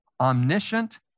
omniscient